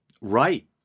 right